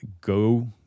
go